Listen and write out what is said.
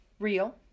Real